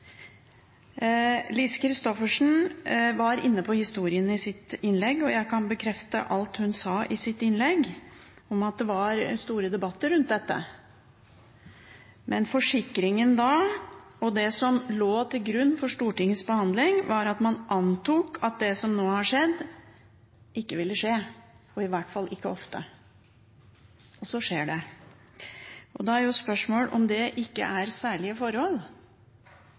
Lise Christoffersen var inne på historien i sitt innlegg, og jeg kan bekrefte alt hun sa i sitt innlegg om at det var store debatter rundt dette. Forsikringen da, og det som lå til grunn for Stortingets behandling, var at man antok at det som nå har skjedd, ikke ville skje – og i hvert fall ikke ofte. Og så skjer det. Da er spørsmålet om det ikke er «særlige forhold».